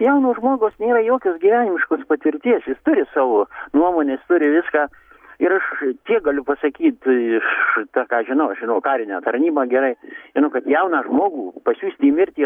jauno žmogaus nėra jokios gyvenimiškos patirties jis turi savo nuomones turi viską ir aš tiek galiu pasakyt iš tą ką žinau žinau karinę tarnybą gerai žinau kad jauną žmogų pasiųsti į mirtį